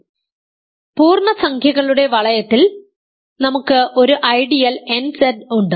അതിനാൽ പൂർണ്ണസംഖ്യകളുടെ വലയത്തിൽ നമുക്ക് ഒരു ഐഡിയൽ nZ ഉണ്ട്